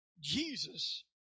Jesus